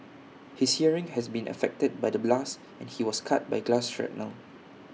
his hearing has been affected by the blast and he was cut by glass shrapnel